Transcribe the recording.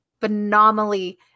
phenomenally